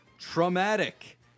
Traumatic